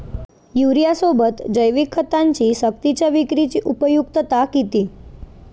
युरियासोबत जैविक खतांची सक्तीच्या विक्रीची उपयुक्तता किती?